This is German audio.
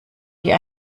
die